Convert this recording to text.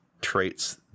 traits